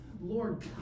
Lord